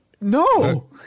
No